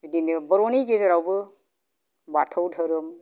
बिदिनो बर'नि गेजेरावबो बाथौ धोरोम